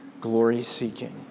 glory-seeking